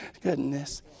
Goodness